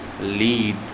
lead